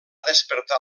despertar